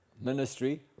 ministry